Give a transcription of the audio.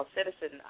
Citizen